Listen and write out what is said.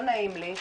לא נעים לי,